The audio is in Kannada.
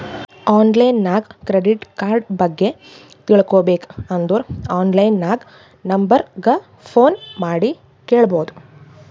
ಆನ್ಲೈನ್ ನಾಗ್ ಕ್ರೆಡಿಟ್ ಕಾರ್ಡ ಬಗ್ಗೆ ತಿಳ್ಕೋಬೇಕ್ ಅಂದುರ್ ಆನ್ಲೈನ್ ನಾಗ್ ನಂಬರ್ ಗ ಫೋನ್ ಮಾಡಿ ಕೇಳ್ಬೋದು